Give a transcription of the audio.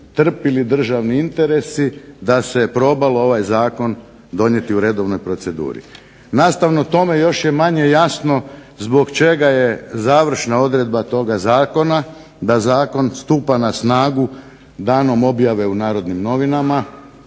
državni interesi da se je probalo ovaj zakon donijeti u redovnoj proceduri. Nastavno tome još je manje jasno zbog čega je završna odredba toga zakona da zakon stupa na snagu danom objave u Narodnim novinama.